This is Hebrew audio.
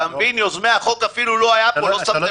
אתה מבין, יוזמי החוק אפילו לא היו פה.